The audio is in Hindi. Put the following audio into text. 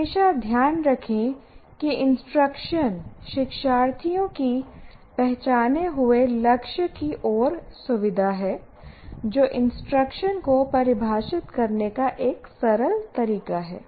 हमेशा ध्यान रखें कि इंस्ट्रक्शन शिक्षार्थियों की पहचाने हुए लक्ष्य की ओर सुविधा है जो इंस्ट्रक्शन को परिभाषित करने का एक सरल तरीका है